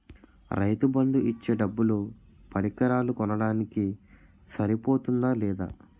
రైతు బందు ఇచ్చే డబ్బులు పరికరాలు కొనడానికి సరిపోతుందా లేదా?